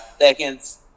seconds